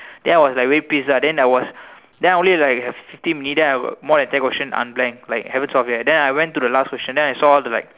then I was like way pissed ah then I was then only like have fifteen minutes then I got more than ten questions unblanked like haven't solve yet then I went to the last questions then I saw the like